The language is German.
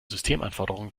systemanforderungen